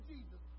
Jesus